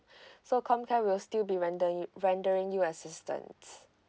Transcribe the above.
so comcare will still be renderin~ rendering you assistance